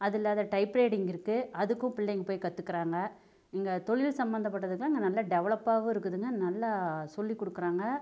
அது இல்லாத type writing இருக்குது அதுக்கும் பிள்ளைங்க போய் கத்துக்கிறாங்க இங்கே தொழில் சம்பந்தப்பட்டதுக்கெலாம் இங்கே நல்லா டெவலப்பாகவும் இருக்குதுங்க நல்லா சொல்லி கொடுக்குறாங்க